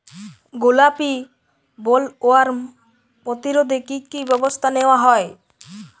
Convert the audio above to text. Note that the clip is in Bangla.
গোলাপী বোলওয়ার্ম প্রতিরোধে কী কী ব্যবস্থা নেওয়া হয়?